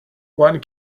one